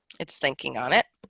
it's thinking on it